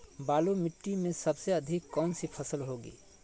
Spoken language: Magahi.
बालू मिट्टी में सबसे अधिक कौन सी फसल होगी?